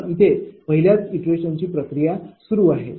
तर इथे पहिल्याच इटरेशनची प्रक्रिया सुरू आहे